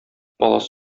палас